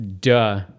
duh